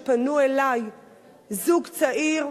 פנו אלי זוג צעיר,